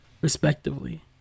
respectively